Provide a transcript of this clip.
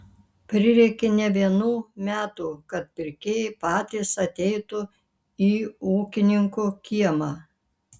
prireikė ne vienų metų kad pirkėjai patys ateitų į ūkininkų kiemą